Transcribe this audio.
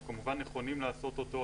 אנחנו כמובן נכונים לעשות אותו.